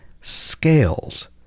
scales